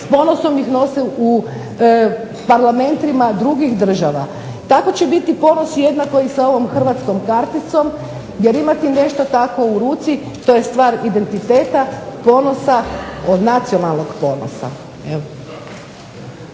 s ponosom ih nose u parlamentima drugih država. Tako će biti ponos jednako i sa ovom hrvatskom karticom, jer imati nešto takvo u ruci to je stvar identiteta, ponosa od nacionalnog ponosa.